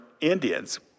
Indians